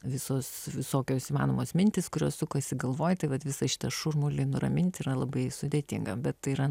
visus visokios įmanomos mintys kurios sukasi galvoj tai vat visą šitą šurmulį nuramint yra labai sudėtinga bet tai yra